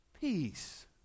peace